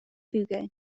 bügeln